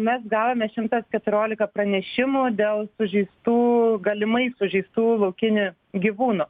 mes gavome šimtas keturiolika pranešimų dėl sužeistų galimai sužeistų laukinių gyvūnų